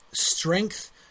strength